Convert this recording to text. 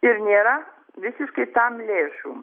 ir nėra visiškai tam lėšų